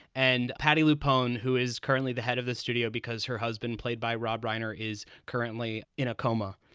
and patti lupo's, who is currently the head of the studio because her husband, played by rob reiner, is currently in a coma.